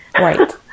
Right